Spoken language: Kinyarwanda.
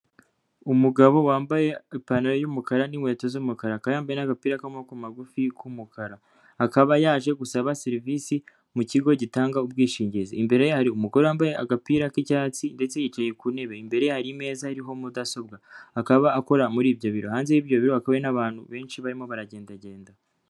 Umugabo wambaye ipantaro y'umukara n'inkweto z'umukara, akaba yambaye n'agapira k'amaboko magufi k'umukara, akaba yaje gusaba serivisi mu kigo gitanga ubwishingizi, imbere ye hari umugore wambaye agapira k'icyatsi ndetse yicaye ku ntebe, imbere hari imeza iriho mudasobwa akaba akora muri ibyo biro, hanze y'ibyo biro hakaba hari n'abantu benshi barimo baragendagenda.